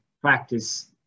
practice